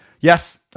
Yes